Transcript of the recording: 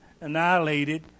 annihilated